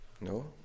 No